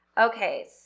Okay